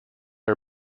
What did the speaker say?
are